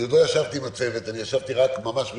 למרות שעוד לא ישבתי עם הצוות אלא רק על הדברים מלמעלה,